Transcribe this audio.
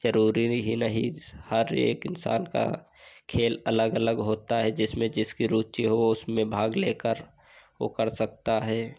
ज़रूरी ही नहीं हर एक इन्सान का खेल अलग अलग होता है जिसमें जिसकी रुचि हो उसमें भाग लेकर वह कर सकता है